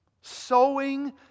Sowing